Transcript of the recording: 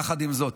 יחד עם זאת,